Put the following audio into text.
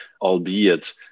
albeit